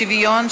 שוויון),